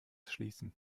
schließen